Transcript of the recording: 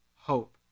Hope